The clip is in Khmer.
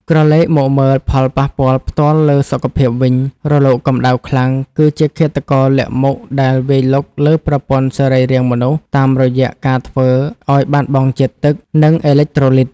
ក្រឡេកមកមើលផលប៉ះពាល់ផ្ទាល់លើសុខភាពវិញ រលកកម្ដៅខ្លាំងគឺជាឃាតករលាក់មុខដែលវាយលុកលើប្រព័ន្ធសរីរាង្គមនុស្សតាមរយៈការធ្វើឱ្យបាត់បង់ជាតិទឹក និងអេឡិចត្រូឡីត។